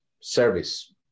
service